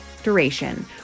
duration